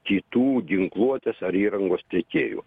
kitų ginkluotės ar įrangos tiekėjų